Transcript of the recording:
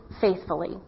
faithfully